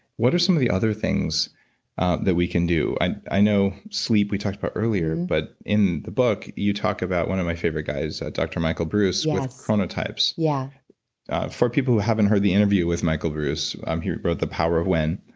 what are some of the other things that we can do? i i know sleep, we talked about earlier, but in the book you talk about one of my favorite guys, dr. michael breus with chronotypes. yeah for for people who haven't heard the interview with michael breus um who wrote the power of when,